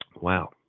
Wow